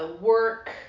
work